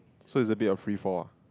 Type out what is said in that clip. so it's a bit of free fall ah